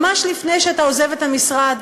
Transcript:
ממש לפני שאתה עוזב את המשרד,